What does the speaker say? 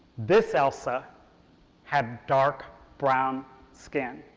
this elsa had dark brown skin.